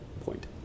point